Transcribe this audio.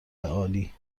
عالی